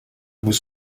was